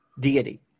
deity